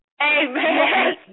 Amen